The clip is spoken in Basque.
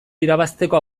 irabazteko